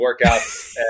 workouts